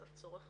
אז הצורך